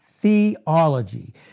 theology